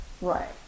Right